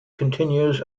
continues